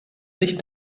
sich